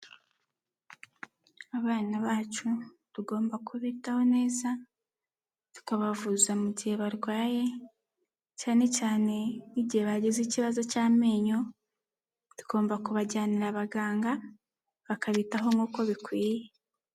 Abana bacu tugomba kubitaho neza tukabavuza mu gihe barwaye cyane cyane nk'igihe bagize ikibazo cy'amenyo tugomba kubajyanira abaganga bakabitaho nk'uko bikwiye.